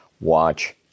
watch